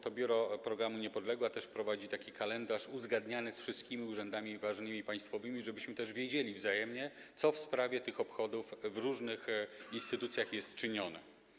To Biuro Programu Niepodległa prowadzi też taki kalendarz uzgadniany ze wszystkimi ważnymi urzędami państwowymi, żebyśmy wiedzieli wzajemnie, co w sprawie tych obchodów w różnych instytucjach jest czynione.